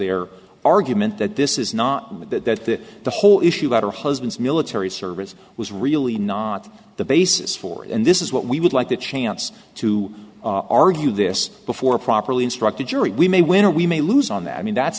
their argument that this is not that the whole issue about her husband's military service was really not the basis for it and this is what we would like the chance to argue this before properly instructed jury we may win or we may lose on that i mean that's